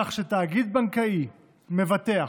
כך שתאגיד בנקאי מבטח,